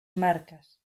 marcas